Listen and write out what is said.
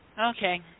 okay